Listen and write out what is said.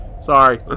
Sorry